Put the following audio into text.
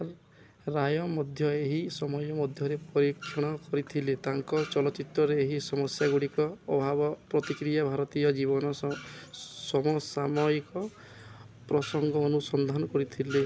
ରାୟ ମଧ୍ୟ ଏହି ସମୟ ମଧ୍ୟରେ ପରୀକ୍ଷଣ କରିଥିଲେ ତାଙ୍କ ଚଳଚ୍ଚିତ୍ରରେ ଏହି ସମସ୍ୟାଗୁଡ଼ିକର ଅଭାବର ପ୍ରତିକ୍ରିୟାରେ ଭାରତୀୟ ଜୀବନର ସମସାମୟିକ ପ୍ରସଙ୍ଗ ଅନୁସନ୍ଧାନ କରିଥିଲେ